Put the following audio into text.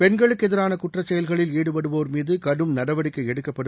பெண்களுக்கு எதிரான குற்ற செயல்களில் ஈடுபடுவோா் மீது கடும் நடவடிக்கை எடுக்கப்படும்